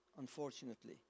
unfortunately